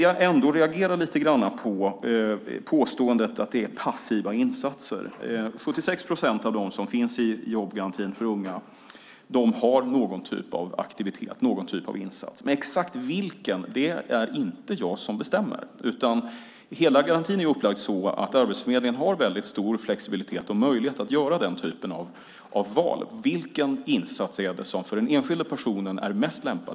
Jag reagerar lite grann på påståendet att det är passiva insatser. 76 procent av dem som finns i jobbgarantin för unga har någon typ av aktivitet, någon typ av insats. Exakt vilken insats är det dock inte jag som bestämmer. Garantin är upplagd så att Arbetsförmedlingen har stor flexibilitet och möjlighet att göra valet av vilken insats som är mest lämpad för den enskilda personen.